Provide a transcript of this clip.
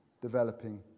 developing